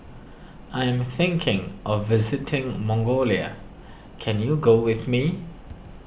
I am thinking of visiting Mongolia can you go with me